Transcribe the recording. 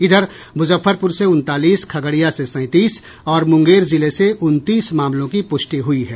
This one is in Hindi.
इधर मुजफ्फरपुर से उनतालीस खगड़िया से सैंतीस और मुंगेर जिले से उनतीस मामलों की पुष्टि हुई है